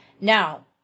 Now